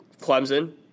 Clemson